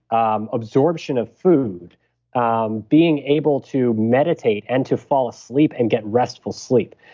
um absorption of food um being able to meditate and to fall asleep and get restful sleep.